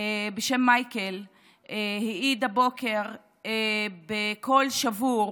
בשם מייקל העיד הבוקר בקול שבור.